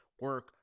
Work